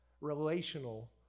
relational